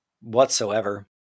whatsoever